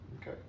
Okay